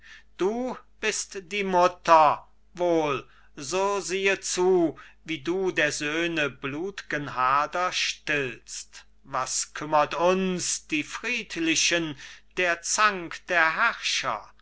du bist die mutter wohl so siehe zu wie du der söhne blut'gen hader stillst was kümmert uns die friedlichen der zank der herrscher